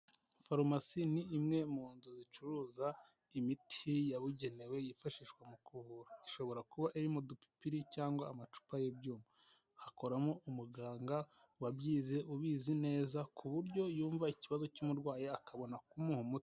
Farumasi ni imwe mu nzu zicuruza imiti yabugenewe yifashishwa mu kuvura, ishobora kuba iririmo mu dupipiri cyangwa amacupa y'ibyuma, hakoramo umuganga wabyize ubizi neza ku buryo yumva ikibazo cy'umurwayi akabona kumuha umuti.